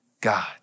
God